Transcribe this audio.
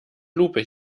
lupe